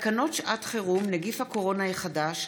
תקנות שעת חירום (נגיף הקורונה החדש)